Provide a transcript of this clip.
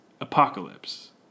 Apocalypse